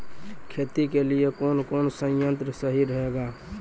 खेती के लिए कौन कौन संयंत्र सही रहेगा?